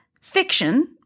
Fiction